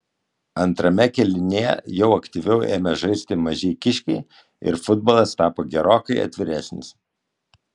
antrame kėlinyje jau aktyviau ėmė žaisti mažeikiškiai ir futbolas tapo gerokai atviresnis